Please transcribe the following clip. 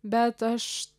bet aš